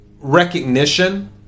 recognition